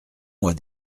mois